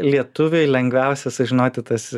lietuviai lengviausia sužinoti tas